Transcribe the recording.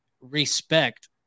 respect